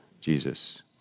Jesus